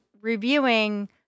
reviewing